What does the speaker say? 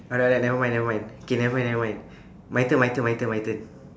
alright nevermind nevermind K nevermind nevermind my turn my turn my turn my turn